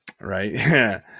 Right